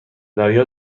دریا